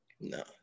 no